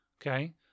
okay